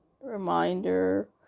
reminder